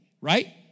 right